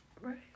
Right